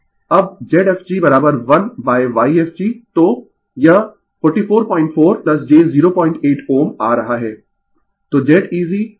अब Zfg1Yfg तो यह 444 j 08 Ω आ रहा है